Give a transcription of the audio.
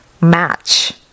match